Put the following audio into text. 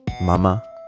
mama